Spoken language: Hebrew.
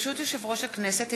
ברשות יושב-ראש הכנסת,